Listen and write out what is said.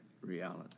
reality